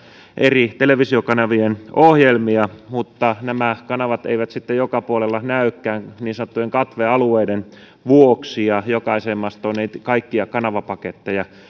eri televisiokanavien ohjelmia mutta nämä kanavat eivät sitten joka puolella näykään niin sanottujen katvealueiden vuoksi ja jokaiseen mastoon ei kaikkia kanavapaketteja